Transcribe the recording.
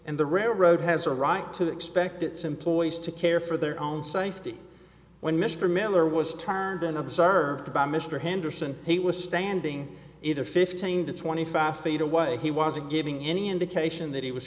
and the railroad has a right to expect its employees to care for their own safety when mr miller was turned and observed by mr henderson he was standing either fifteen to twenty five feet away he wasn't giving any indication that he was